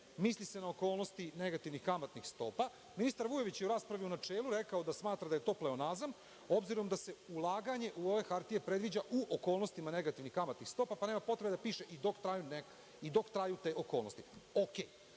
Misli se na okolnosti negativnih kamatnih stopa. Ministar Vujović je u raspravi u načelu rekao da smatra da je to pleonazam obzirom da se ulaganje u ove hartije predviđa u okolnostima negativnih kamatnih stopa, pa nema potrebe da piše „dok traju te okolnosti“.Međutim,